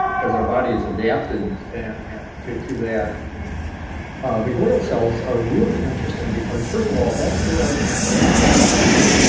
because our body has adapted and to to that. and ah the glial cells are really interesting because first of all, that's where our brain cells come from.